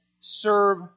serve